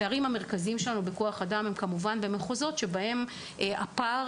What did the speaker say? הפערים המרכזיים בכוח אדם הם במחוזות שבהם הפער